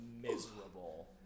miserable